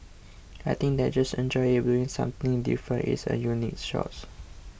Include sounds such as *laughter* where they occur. I think they just enjoy it doing something different it's a unique *unintelligible*